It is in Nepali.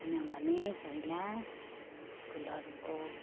किनभने पहिला स्कुलहरूको